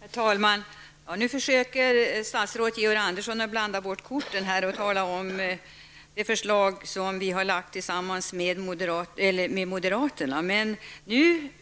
Herr talman! Nu försöker statsrådet Georg Andersson blanda bort korten genom att tala om det förslag som vi har lagt fram tillsammans med moderaterna. Men,